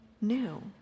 new